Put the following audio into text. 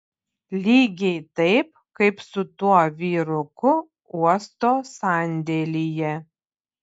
lygiai taip kaip su tuo vyruku uosto sandėlyje